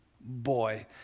boy